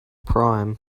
prime